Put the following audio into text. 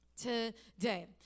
today